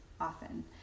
often